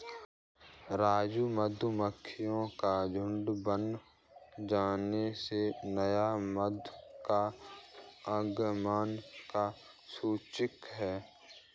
राजू मधुमक्खियों का झुंड बन जाने से नए मधु का आगमन का सूचक है